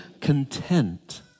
content